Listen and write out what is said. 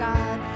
God